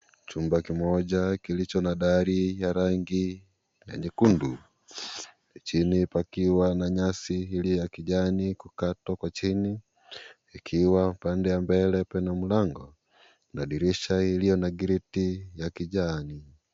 Chumba kimoja kilicho na dari ya rangi ya nyekundu. Chini pakiwa na nyasi iliyo ya kijani kukatwa kwa chini, ikiwa pande ya mbele pana mlango na dirisha iliyona giriti ya kijani.